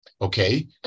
Okay